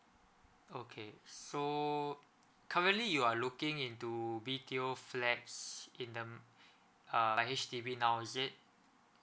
okay so currently you are looking into B_T_O flats in them uh like H_D_B now is it